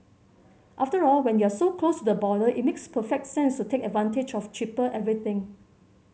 after all when you're so close to the border it makes perfect sense to take advantage of cheaper everything